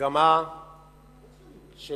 מגמה של